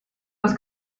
was